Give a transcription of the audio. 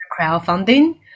crowdfunding